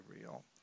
real